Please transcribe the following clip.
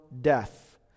death